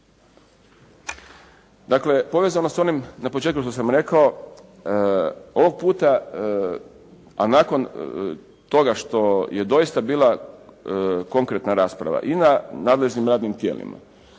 dakle povezano s onim na početku što sam rekao, ovog puta, a nakon toga što je doista bila konkretna rasprava i na nadležnim radnim tijelima